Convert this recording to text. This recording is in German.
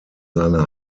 seine